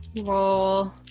roll